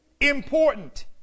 Important